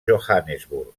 johannesburg